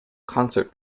concert